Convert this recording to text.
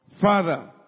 Father